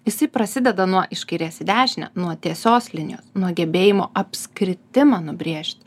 jisai prasideda nuo iš kairės į dešinę nuo tiesios linijos nuo gebėjimo apskritimą nubrėžti